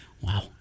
Wow